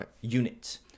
unit